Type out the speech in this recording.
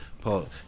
Paul